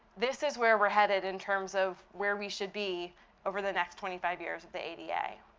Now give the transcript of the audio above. this is where we're headed in terms of where we should be over the next twenty five years of the ada. yeah